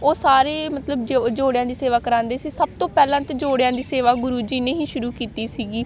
ਉਹ ਸਾਰੇ ਮਤਲਬ ਜੋ ਜੋੜਿਆਂ ਦੀ ਸੇਵਾ ਕਰਾਉਂਦੇ ਸੀ ਸਭ ਤੋਂ ਪਹਿਲਾਂ ਤਾਂ ਜੋੜਿਆਂ ਦੀ ਸੇਵਾ ਗੁਰੂ ਜੀ ਨੇ ਹੀ ਸ਼ੁਰੂ ਕੀਤੀ ਸੀਗੀ